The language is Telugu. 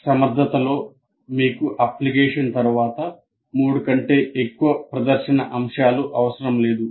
సమర్థతలో మీకు అప్లికేషన్ తరువాత 3 కంటే ఎక్కువ ప్రదర్శన అంశాలు అవసరం లేదు